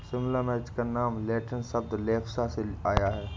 शिमला मिर्च का नाम लैटिन शब्द लेप्सा से आया है